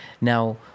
Now